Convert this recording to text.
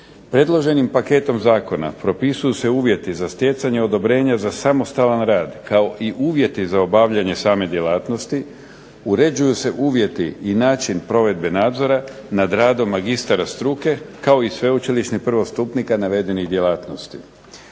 Predloženim paketom zakona propisuju se uvjeti za stjecanje odobrenja za samostalan rad kao i uvjeti za obavljanje same djelatnosti, uređuju se uvjeti i način provedbe nadzora nad radom magistara struke kao i sveučilišnih prvostupnika navedenih djelatnosti.